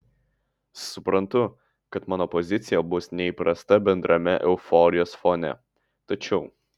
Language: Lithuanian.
suprantu kad mano pozicija bus neįprasta bendrame euforijos fone tačiau